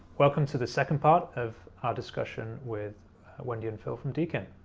welcome to the second part of our discussion with wendy and phill from deakin.